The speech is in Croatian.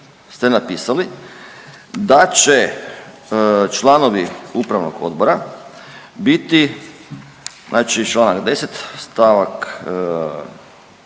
ste napisali da će članovi upravnog odbora biti, znači čl. 10 stavak